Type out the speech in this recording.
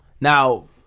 now